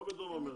לא בדרום אמריקה.